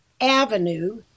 Avenue